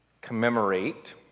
commemorate